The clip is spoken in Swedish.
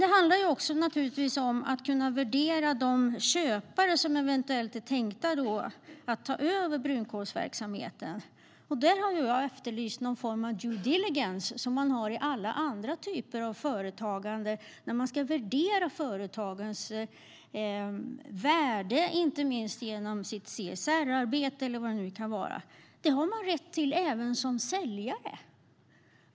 Det handlar om att kunna värdera de köpare som eventuellt är tänkta att ta över brunkolsverksamheten. Där har jag efterlyst någon form av due diligence, som man har i alla andra typer av företagande när man ska värdera företag, inte minst genom CSR-arbete eller vad det nu kan vara. Det har även säljare rätt till.